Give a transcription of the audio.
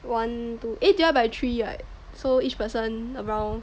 one two eh divide by three right so each person around